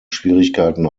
schwierigkeiten